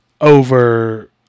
over